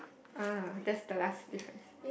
ah that's the last difference